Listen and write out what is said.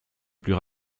plus